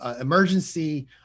emergency